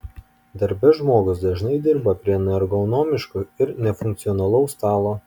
darbe žmogus dažnai dirba prie neergonomiško ir nefunkcionalaus stalo